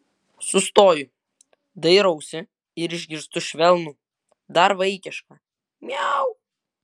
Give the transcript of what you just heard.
sustoju dairausi ir išgirstu švelnų dar vaikišką miau